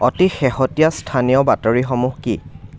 অতি শেহতীয়া স্থানীয় বাতৰিসমূহ কি